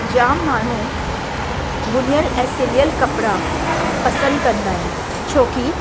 जामु माण्हू बुनियल ऐं सिलियल कपिड़ा पसंदि कंदा आहिनि छोकी